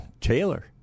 Taylor